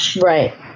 right